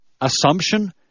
assumption